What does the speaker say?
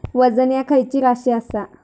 वजन ह्या खैची राशी असा?